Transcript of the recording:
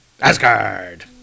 Asgard